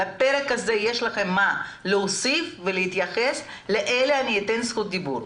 אם לפרק הזה יש לכם מה להוסיף ולהתייחס לזה אתן זכות דיבור.